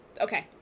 Okay